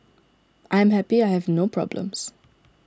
I am happy I have no problems